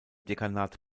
dekanat